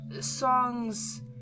songs